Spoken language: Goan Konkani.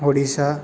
ओडिसा